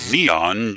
Neon